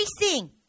increasing